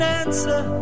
answer